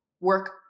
work